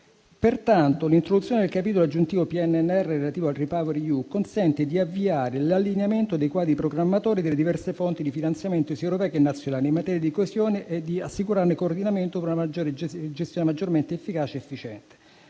Pertanto, l'introduzione del capitolo aggiuntivo PNRR relativo a REPowerEU consente di avviare l'allineamento dei quadri programmatori delle diverse fonti di finanziamento, sia europee sia nazionali, in materia di coesione e di assicurarne il coordinamento per una gestione maggiormente efficace ed efficiente.